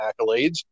accolades